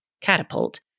Catapult